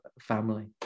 family